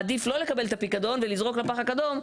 מעדיף לא לקבל את הפיקדון ולזרוק לפח הכתום,